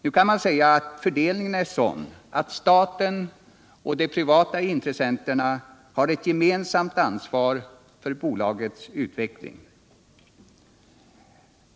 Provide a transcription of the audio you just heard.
Nu är fördelningen sådan att staten och de privata intressenterna har ett gemensamt ansvar för bolagets utveckling.